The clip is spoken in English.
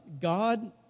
God